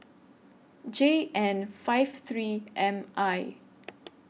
J N five three M I